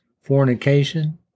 fornication